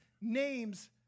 name's